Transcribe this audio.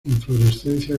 inflorescencia